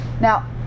now